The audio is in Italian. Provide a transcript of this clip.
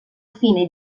fine